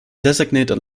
designated